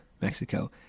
Mexico